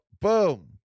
boom